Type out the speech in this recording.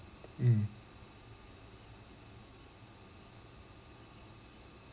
mm